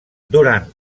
durant